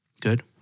Good